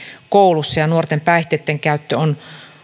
koulussa ja nuorten päihteitten käyttö on